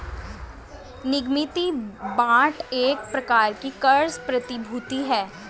निगमित बांड एक प्रकार की क़र्ज़ प्रतिभूति है